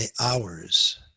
hours